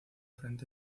frente